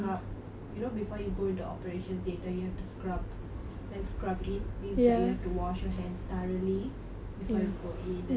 you know before you go into operation theatre you have to scrub like scrub in with like you have to wash your hands thoroughly before you go in and then you have to